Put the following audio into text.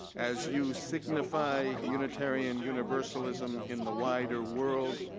as you signify unitarian universalism in the wider world,